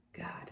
God